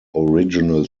original